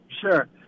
Sure